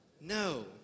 No